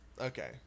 Okay